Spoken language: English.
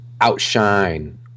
outshine